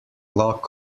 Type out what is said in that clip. luck